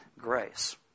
grace